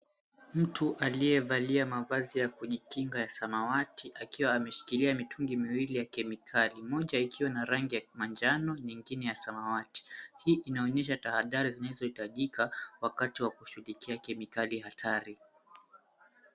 Mtu aliyevalia mavazi ya kujikinga ya samawati akiwa ameshikilia mitungi miwili ya kemikali, mmoja ukiwa na rangi ya manjano na mwingine ya samawati. Hii inaonyesha tahadhari zinazohitajika wakati wa kushughulikia kemikali hatari.